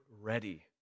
ready